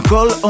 Call